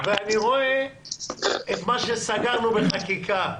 ואני רואה את מה שסגרנו בחקיקה.